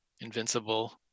invincible